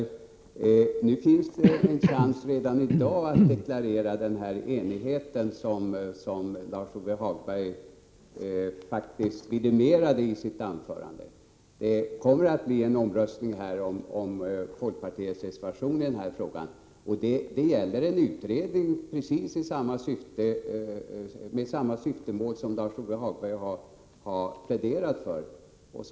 Herr talman! Det finns en chans redan i dag, Lars-Ove Hagberg, att deklarera den enighet som Lars-Ove Hagberg faktiskt vidimerade i sitt anförande. Det kommer här att bli en omröstning om folkpartiets reservation i den här frågan. Det gäller då en utredning med precis samma syfte som Lars-Ove Hagberg har pläderat för.